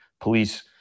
police